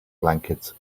blankets